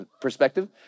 perspective